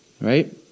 Right